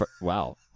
Wow